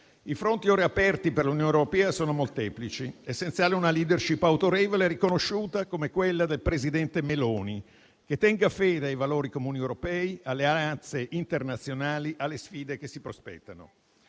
I fronti ora aperti per l'Unione europea sono molteplici: è essenziale una *leadership* autorevole e riconosciuta come quella del presidente Meloni, che tenga fede ai valori comuni europei, alle alleanze internazionali e alle sfide che si prospettano.